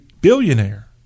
billionaire